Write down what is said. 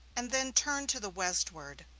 and then turned to the westward,